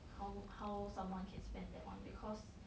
how how someone can spend that one because